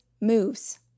moves